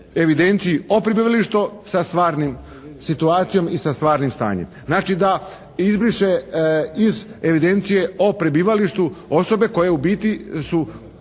evidencije o prebivalištu sa stvarnom situacijom i sa stvarnim stanjem. Znači da izbriše iz evidencije o prebivalištu osobe koje u biti su